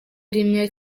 rimwe